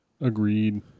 Agreed